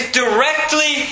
directly